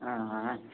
हां